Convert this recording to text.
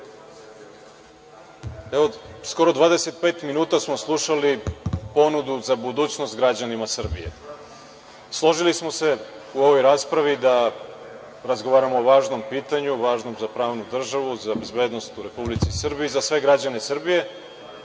Skoro 25 minuta smo slušali ponudu za budućnost građanima Srbije. Složili smo se u ovoj raspravi da razgovaramo o važnom pitanju, važnom za pravnu državu, za bezbednost u Republici Srbiji, za sve građane Srbije